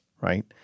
Right